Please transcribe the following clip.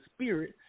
spirit